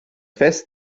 fest